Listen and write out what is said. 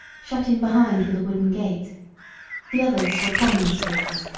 shut in behind with a wooden gate the others were common stalls,